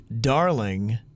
darling